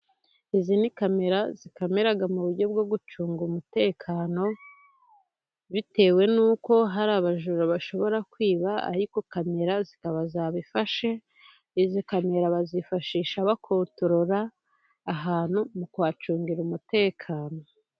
Izi ni kamera zikamera mu buryo bwo gucunga umutekano. Bitewe n'uko hari abajura bashobora kwiba ariko kamera zikaba zabifashe, izi camera bazifashisha bakontorora ahantu mu kuhacungira umutekano.